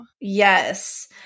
Yes